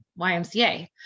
YMCA